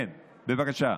כן, בבקשה.